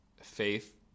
faith